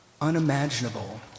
unimaginable